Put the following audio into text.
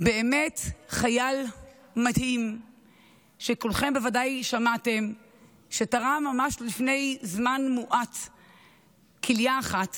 באמת חייל מדהים שכולכם בוודאי שמעתם שתרם ממש לפני זמן מועט כליה אחת